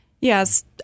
Yes